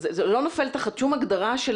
זה לא נופל תחת שום הגדרה?